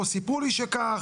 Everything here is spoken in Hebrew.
לא סיפרו לי שכך,